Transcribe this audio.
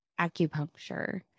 acupuncture